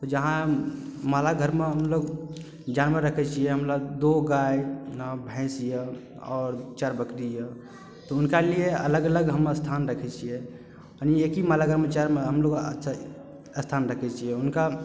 जहाँ मालऽ घर मे हमलोग जानवर राखै छियै दो गाय भैंस यऽ आओर चारि बकरी यऽ तऽ हुनका लिए अलग अलग हम स्थान रखै छियै यानी एक ही माल घर मे चारि हमलोग चारि स्थान रखै छियै हुनका